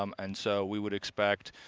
um and so we would expect.